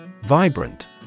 Vibrant